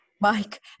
Mike